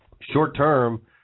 short-term